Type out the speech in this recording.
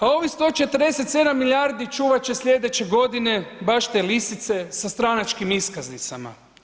A ovih 147 milijardi čuvat će sljedeće godine baš te lisice za stranačkim iskaznicama.